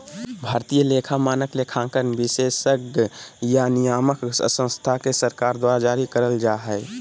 भारतीय लेखा मानक, लेखांकन विशेषज्ञ या नियामक संस्था या सरकार द्वारा जारी करल जा हय